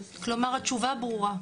כלומר, התשובה ברורה.